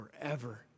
forever